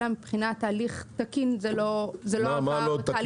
אלא מבחינת הליך תקין זה לא עבר תהליך.